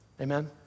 Amen